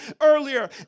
earlier